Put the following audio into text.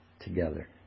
together